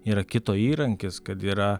yra kito įrankis kad yra